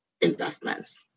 investments